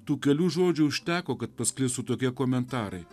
tų kelių žodžių užteko kad pasklistų tokie komentarai